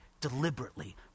deliberately